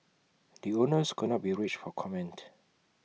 the owners could not be reached for comment